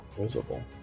visible